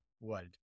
world